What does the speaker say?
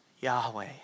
Yahweh